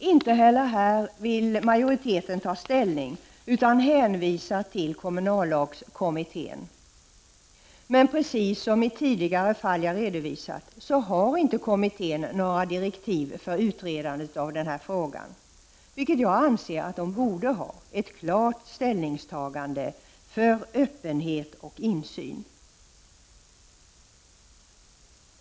Inte heller i detta sammanhang vill majoriteten ta ställning utan hänvisar till kommunallagskommittén. Men precis som i tidigare fall som jag redovisat har kommittén inte gett några direktiv för utredandet av frågan. Jag anser att kommittén borde ha gjort ett klart ställningstagande för öppenhet och insyn.